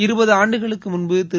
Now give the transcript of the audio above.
இருபது ஆண்டுகளுக்கு முன்பு திரு